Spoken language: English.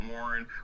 Warren